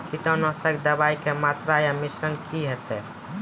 कीटनासक दवाई के मात्रा या मिश्रण की हेते?